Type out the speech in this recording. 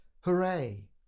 Hooray